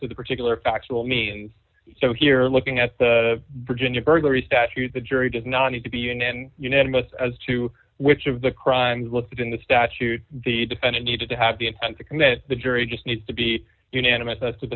to the particular factual means here looking at the virginia burglary statutes the jury does not need to be in an unanimous as to which of the crimes looked at in the statute the defendant needed to have the intent to commit the jury just needs to be unanimous